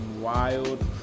wild